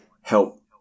help